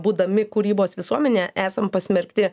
būdami kūrybos visuomene esam pasmerkti